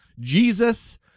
Jesus